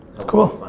that's cool.